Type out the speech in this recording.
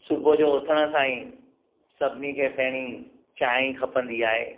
सुबुह जो उथण सां ई सभिनी खे पहिरीं चांहि ई खपंदी आहे